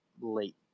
late